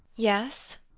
yes.